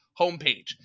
homepage